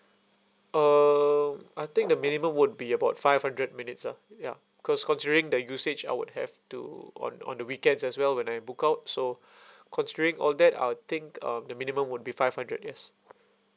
um I think the minimum would be about five hundred minutes ah yup cause considering the usage I would have to on on the weekends as well when I book out so considering all that I'll think um the minimum would be five hundred yes